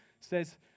says